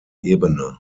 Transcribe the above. ebene